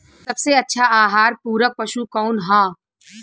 सबसे अच्छा आहार पूरक पशु कौन ह?